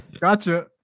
Gotcha